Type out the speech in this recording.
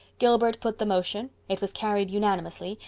gilbert put the motion, it was carried unanimously,